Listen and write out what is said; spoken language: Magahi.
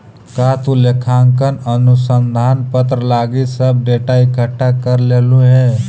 का तु लेखांकन अनुसंधान पत्र लागी सब डेटा इकठ्ठा कर लेलहुं हे?